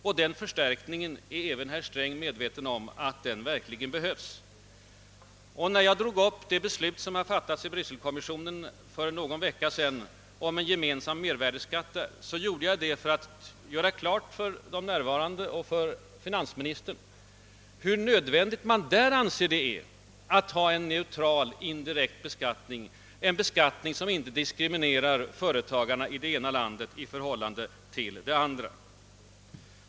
Även herr Sträng är medveten om att en sådan förstärkning behövs. Jag drog upp det beslut som har fattats i Bryssel för någon vecka sedan om en gemensam mervärdeskatt för att göra klart för de närvarande — och speciellt för finansministern — hur nödvändigt man där anser det vara att ha en neutral indirekt beskattning som inte diskriminerar företagarna i det ena landet i förhållande till det andra.